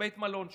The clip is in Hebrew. בבית המלון שלהם,